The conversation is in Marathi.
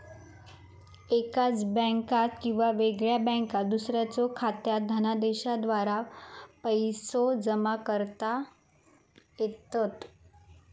एकाच बँकात किंवा वेगळ्या बँकात दुसऱ्याच्यो खात्यात धनादेशाद्वारा पैसो जमा करता येतत